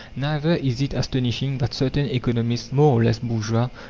neither is it astonishing that certain economists, more or less bourgeois,